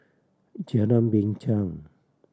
Jalan Binchang